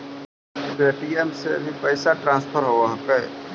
Paytm से भी पैसा ट्रांसफर होवहकै?